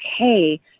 okay